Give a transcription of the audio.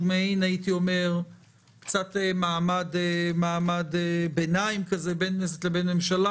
שהוא מעין מעמד ביניים בין כנסת לבין ממשלה.